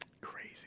Crazy